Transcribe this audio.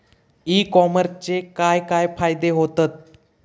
E कॉमर्सचे काय काय फायदे होतत?